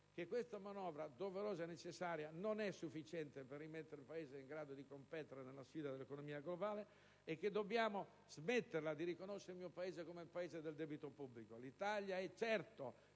che questa manovra, doverosa e necessaria, non è sufficiente per rimettere il Paese in grado di competere nella sfida dell'economia globale. Dobbiamo smetterla di riconoscere il nostro Paese come il Paese del debito pubblico. L'Italia è certo